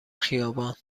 خیابان